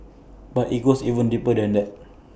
but IT goes even deeper than that